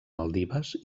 maldives